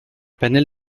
panel